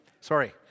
Sorry